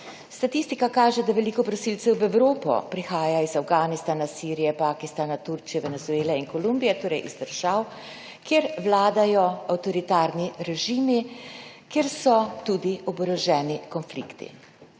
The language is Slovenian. Statistika kaže, da veliko prosilcev v Evropo prihaja iz Afganistana, Sirije, Pakistana, Turčije, Venezuele in Kolumbije, torej iz držav, kjer vladajo avtoritarni režimi, kjer so tudi oboroženi konflikti.